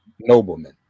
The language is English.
noblemen